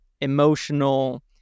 emotional